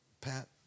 Pat